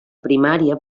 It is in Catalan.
primària